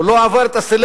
הוא לא עבר את הסלקטור.